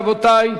רבותי.